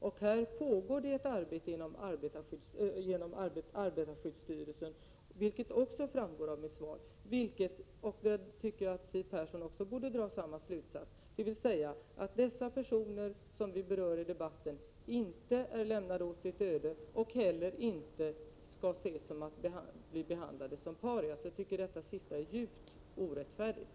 Det framgår också av mitt svar att det härvidlag pågår ett arbete inom arbetarskyddsstyrelsen. Siw Persson borde dra samma slutsats som jag: de personer som berörts i debatten är inte lämnade åt sitt öde och blir inte heller behandlade som parias. Det är djupt orättfärdigt att påstå något sådant.